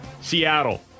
Seattle